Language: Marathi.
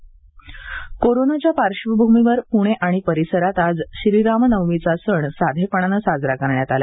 रामनवमी कोरोनाच्या पार्श्वभूमीवर पूणे आणि पूणे आणि परिसरात आज श्रीराम नवमीचा सण साधेपणाने साजरा करण्यात आला